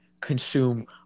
consume